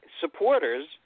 supporters